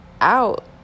out